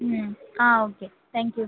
ம் ah okay thank you